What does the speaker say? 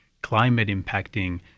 climate-impacting